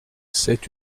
c’est